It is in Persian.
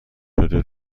شده